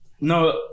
No